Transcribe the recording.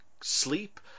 sleep